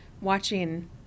watching